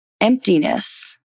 emptiness